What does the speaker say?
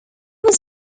was